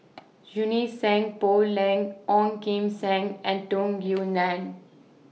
Junie Sng Poh Leng Ong Kim Seng and Tung Yue Nang